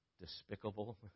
despicable